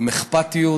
עם אכפתיות,